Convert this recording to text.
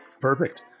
Perfect